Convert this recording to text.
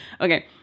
okay